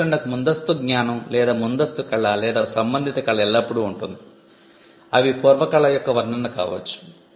ఆవిష్కరణకు ముందస్తు జ్ఞానం లేదా ముందస్తు కళ లేదా సంబంధిత కళ ఎల్లప్పుడూ ఉంటుంది అవి పూర్వ కళ యొక్క వర్ణన కావచ్చు